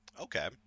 Okay